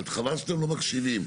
חבל שאתם לא מקשיבים,